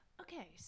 Okay